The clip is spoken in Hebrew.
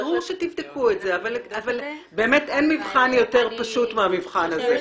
ברור שתבדקו אבל באמת אין מבחן יותר פשוט מהמבחן הזה.